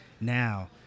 now